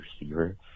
receiver